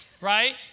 right